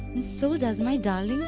so does my darling